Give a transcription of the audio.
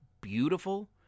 beautiful